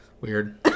weird